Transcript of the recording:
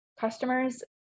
customers